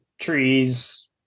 trees